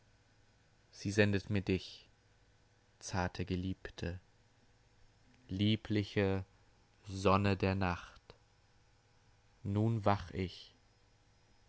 sie sendet mir dich zarte geliebte liebliche sonne der nacht nun wach ich